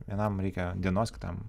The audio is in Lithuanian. vienam reikia dienos kitam